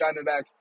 Diamondbacks